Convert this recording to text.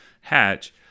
hatch